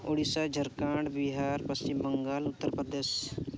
Odisha Jharkhand Bihar Paschim Bangal Uttar Pradesh